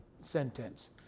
sentence